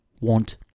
want